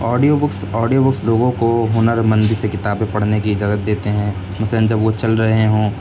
audio books audio books لوگوں کو ہنرمندی سے کتابیں پڑھنے کی اجازت دیتے ہیں مثلاً جب وہ چل رہے ہوں